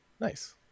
Nice